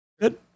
Good